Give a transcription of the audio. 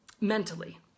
mentally